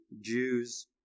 Jew's